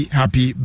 happy